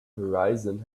horizon